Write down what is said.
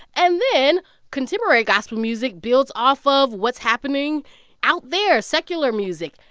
and then contemporary gospel music builds off of what's happening out there, secular music.